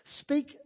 speak